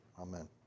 Amen